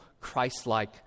Christ-like